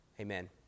amen